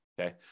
okay